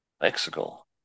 Mexico